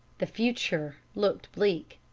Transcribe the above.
the future looked black.